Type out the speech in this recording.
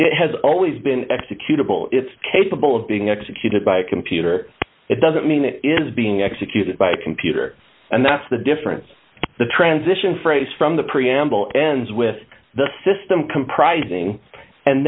it has always been executable it's capable of being executed by a computer it doesn't mean it is being executed by a computer and that's the difference the transition phrase from the preamble ends with the system comprising and